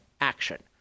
action